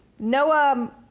noah. um